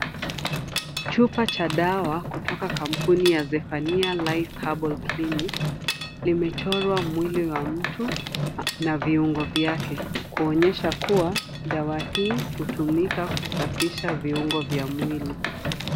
Chupa cha dawa kutoka kampuni ya Zephania Life Herbal Clinic. Limechorwa mwili wa mtu na viungo vyake, kuonyesha kuwa dawa hii hutumika kusafisha viungo vya mwili.